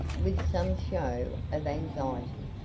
with some show of anxiety.